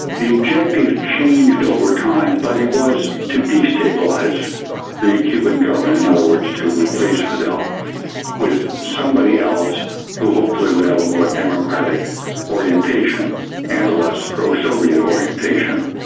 the objective changed over time, but it was to destabilise the cuban government in other words, to replace fidel with somebody else who hopefully would have a more democratic orientation and a less pro-soviet orientation.